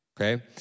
Okay